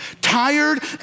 tired